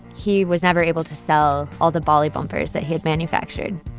he was never able to sell all the ballie bumpers that he'd manufactured.